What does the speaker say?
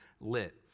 lit